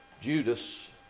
Judas